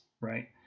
right